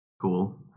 cool